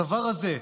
הדבר הזה,